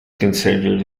considered